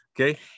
Okay